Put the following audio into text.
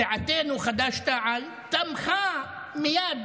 סיעתנו חד"ש-תע"ל תמכה מייד,